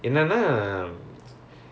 oh